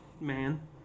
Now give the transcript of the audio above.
man